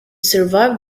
survived